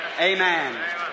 Amen